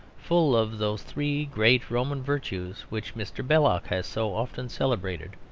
full of those three great roman virtues which mr. belloc has so often celebrated,